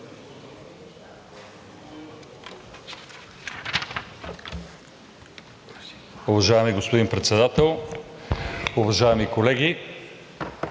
Уважаеми господин Председател, уважаеми колеги!